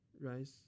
rice